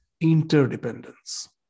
Interdependence